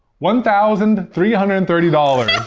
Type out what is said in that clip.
one thousand three hundred and thirty